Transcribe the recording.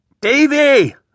Davy